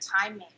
timing